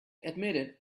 admitted